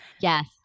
Yes